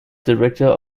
director